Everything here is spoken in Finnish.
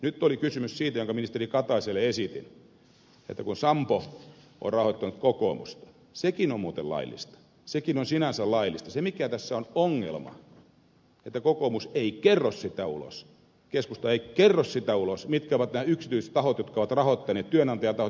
nyt oli kysymys siitä jonka ministeri kataiselle esitin että kun sampo on rahoittanut kokoomusta sekin on muuten laillista sekin on sinänsä laillista se mikä tässä on ongelma on se että kokoomus ei kerro sitä ulos keskusta ei kerro sitä ulos mitkä ovat nämä yksityiset tahot jotka ovat rahoittaneet työnantajatahot jotka rahoittavat